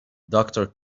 doctor